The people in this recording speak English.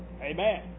Amen